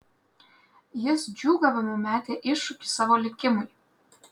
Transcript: jis džiūgavimu metė iššūkį savo likimui